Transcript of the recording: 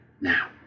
now